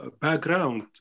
background